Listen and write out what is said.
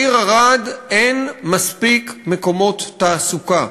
בעיר ערד אין מספיק מקומות תעסוקה,